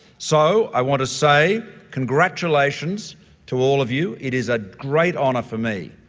so, i want to say congratulations to all of you, it is a great honour for me,